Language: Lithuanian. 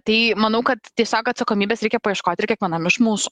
tai manau kad tiesiog atsakomybės reikia paieškoti ir kiekvienam iš mūsų